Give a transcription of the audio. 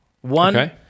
One